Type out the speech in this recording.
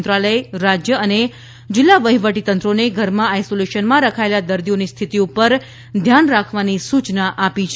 મંત્રાલય રાજ્ય અને જિલ્લા વહીવટીતંત્રોને ઘરમાં આઈસોલેશનમાં રખાયેલા દર્દીઓની સ્થિતિ ઉપર ધ્યાન રાખવાની સૂચના આપી છે